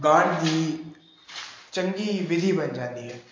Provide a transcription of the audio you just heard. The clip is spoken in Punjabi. ਗਾਉਣ ਦੀ ਚੰਗੀ ਵਿਧੀ ਬਣ ਜਾਂਦੀ ਹੈ